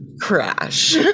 crash